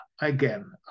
again